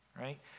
right